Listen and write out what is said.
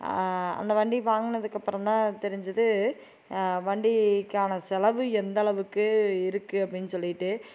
அந்த வண்டி வாங்கினதுக்கப்பறோந்தான் தெரிஞ்சிது வண்டிக்கான செலவு எந்த அளவுக்கு இருக்கு அப்படின்னு சொல்லிவிட்டு